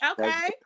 Okay